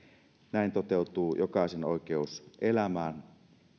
näin toteutuvat jokaisen oikeus elämään